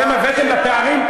צמצום הפערים החברתיים,